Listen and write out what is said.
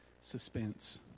suspense